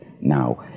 Now